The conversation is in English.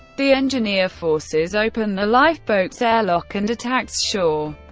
the engineer forces open the lifeboat's airlock and attacks shaw,